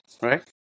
right